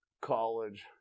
college